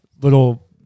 little